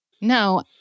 No